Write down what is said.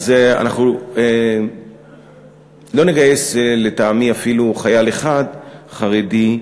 אנחנו לא נגייס לטעמי אפילו חייל אחד חרדי,